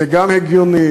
זה גם הגיוני,